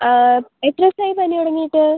എത്ര ദിവസായി പനി തുടങ്ങിയിട്ട്